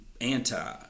anti